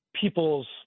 people's